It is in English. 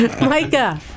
Micah